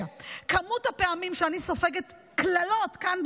כמות הפעמים שאני סופגת קללות כאן,